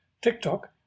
TikTok